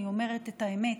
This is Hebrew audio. אני אומרת את האמת,